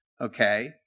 Okay